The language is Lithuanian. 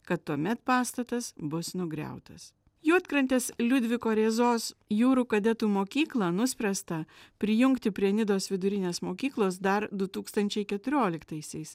kad tuomet pastatas bus nugriautas juodkrantės liudviko rėzos jūrų kadetų mokyklą nuspręsta prijungti prie nidos vidurinės mokyklos dar du tūkstančiai keturioliktaisiais